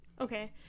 Okay